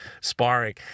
sparring